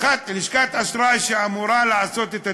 לשכת אשראי, שאמורה לעשות את הדירוג,